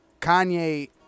Kanye